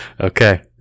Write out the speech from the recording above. Okay